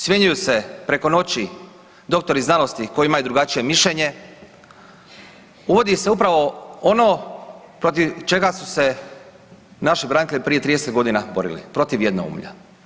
Smjenjuju se preko noći doktori znanosti koji imaju drugačije mišljenje, uvodi se upravo ono protiv čega su se naši branitelji prije 30 godina borili, protiv jednoumlja.